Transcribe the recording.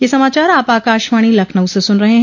ब्रे क यह समाचार आप आकाशवाणी लखनऊ से सुन रहे हैं